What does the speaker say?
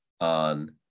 on